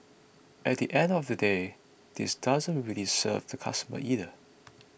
at the end of the day this doesn't really serve the customers either